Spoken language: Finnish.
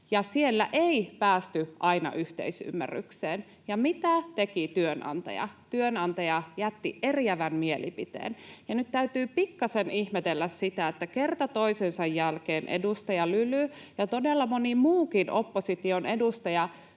Siellä ei päästy aina yhteisymmärrykseen. Ja mitä teki työnantaja? Työnantaja jätti eriävän mielipiteen. Ja nyt täytyy pikkasen ihmetellä sitä, että kerta toisensa jälkeen edustaja Lyly ja todella moni muukin opposition edustaja